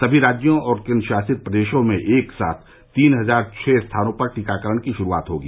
सभी राज्यों और केंद्र शासित प्रदेशों में एक साथ तीन हजार छः स्थानों पर टीकाकरण की शुरूआत होगी